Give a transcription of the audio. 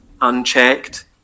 unchecked